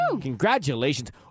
Congratulations